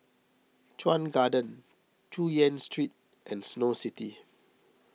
Chuan Garden Chu Yen Street and Snow City